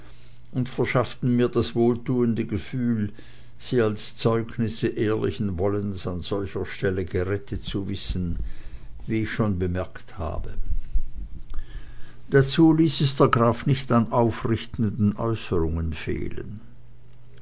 und verschafften mir das wohltuende gefühl sie als zeugnisse ehrlichen wollens an solcher stelle gerettet zu wissen wie ich schon bemerkt habe dazu ließ es der graf nicht an aufrichtenden äußerungen fehlen